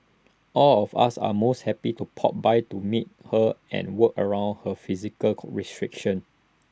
all of us are most happy to pop by to meet her and work around her physical restrictions